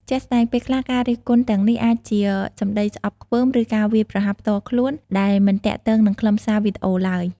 ជាក់ស្ដែង ពេលខ្លះការរិះគន់ទាំងនេះអាចជា សម្ដីស្អប់ខ្ពើម ឬ ការវាយប្រហារផ្ទាល់ខ្លួន ដែលមិនទាក់ទងនឹងខ្លឹមសារវីដេអូឡើយ។